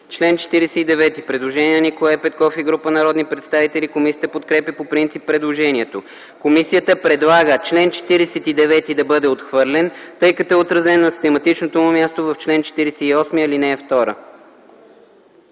чл. 49 има предложение от Николай Петков и група народни представители. Комисията подкрепя по принцип предложението. Комисията предлага чл. 49 да бъде отхвърлен, тъй като е отразен на систематичното му място в чл. 48, ал. 2.